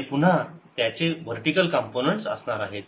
आणि पुन्हा त्याचे वर्टीकल कॉम्पोनन्ट्स असणार आहे